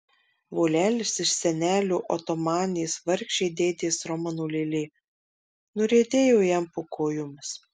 volelis iš senelio otomanės vargšė dėdės romano lėlė nuriedėjo jam po kojomis